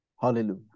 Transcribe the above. Hallelujah